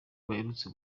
baherutse